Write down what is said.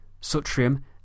Sutrium